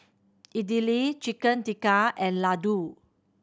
Idili Chicken Tikka and Ladoo